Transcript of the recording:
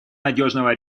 надежного